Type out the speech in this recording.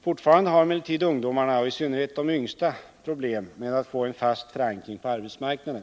Fortfarande har emellertid ungdomarna och i synnerhet de yngsta problem med att få en fast förankring på arbetsmarknaden.